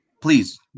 please